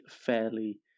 fairly